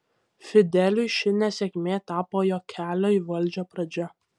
fideliui ši nesėkmė tapo jo kelio į valdžią pradžia